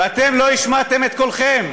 ואתם לא השמעתם את קולכם,